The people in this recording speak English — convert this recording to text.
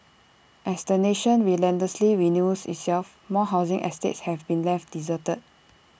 as the nation relentlessly renews itself more housing estates have been left deserted